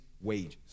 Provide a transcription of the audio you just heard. wages